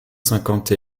cinquante